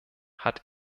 hat